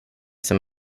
som